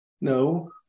No